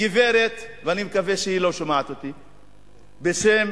גברת, ואני מקווה שהיא לא שומעת אותי, בשם